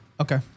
Okay